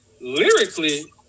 lyrically